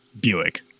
Buick